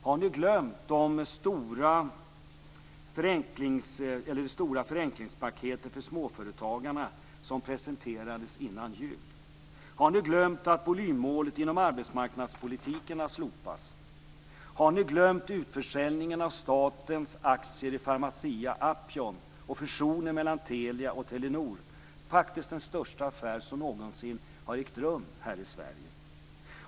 Har ni glömt det stora förenklingspaketet för småföretagarna som presenterades före jul? Har ni glömt att volymmålet inom arbetsmarknadspolitiken har slopats? Telenor? Det är den största affär som någonsin har ägt rum här i Sverige.